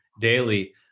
daily